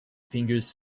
fingers